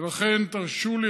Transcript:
ולכן, תרשו לי.